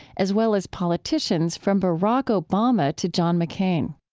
as well as politicians from barack obama to john mccain.